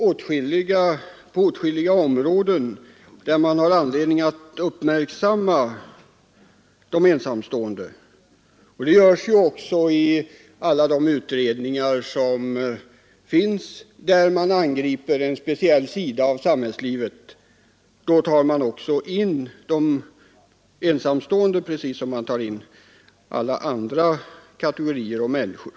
Det finns åtskilliga områden där man har anledning uppmärksamma de ensamstående, och det görs också. I de utredningar där man angriper en speciell sida av samhällslivet tar man in de ensamstående precis som man tar in alla andra kategorier av människor.